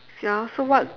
ya so what